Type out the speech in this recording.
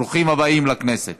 ברוכים הבאים לכנסת.